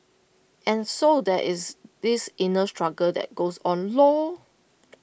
and so there is this inner struggle that goes on lor